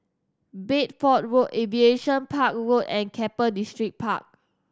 Bedford Road Aviation Park Road and Keppel Distripark